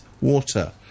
water